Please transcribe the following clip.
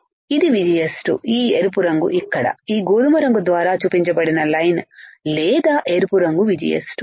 ఇది VGS2 ఈ ఎరుపు రంగు ఇక్కడ ఈ గోధుమ రంగు ద్వారా చూపించబడిన లైన్ లేదా ఎరుపు రంగు VGS2